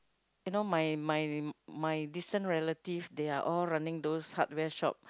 you know my my my distant relatives they are all running those hardware shop